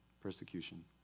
persecution